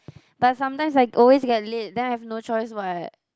but sometimes I always get late then I have no choice what